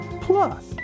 Plus